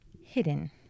hidden